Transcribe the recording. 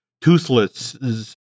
Toothless